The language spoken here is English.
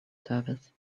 service